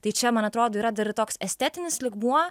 tai čia man atrodo yra dar toks estetinis lygmuo